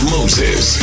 Moses